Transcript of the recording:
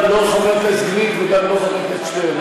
לא חבר הכנסת גליק וגם לא חבר הכנסת שטרן,